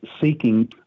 seeking